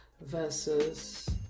versus